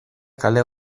kale